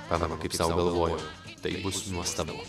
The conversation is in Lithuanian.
pamenu kaip sau galvojau tai bus nuostabu